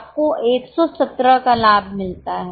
आपको 117 का लाभ मिलता है